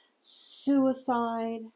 suicide